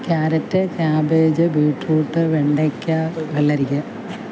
carrot cabbage beetroot വെണ്ടക്ക വെള്ളരിക്ക